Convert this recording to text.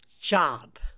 job